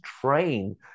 train